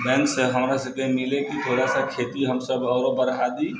बैंकसँ हमरासबके कुछ मिलै कि खेती हमसब आरो बढ़ा दी